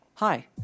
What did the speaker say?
Hi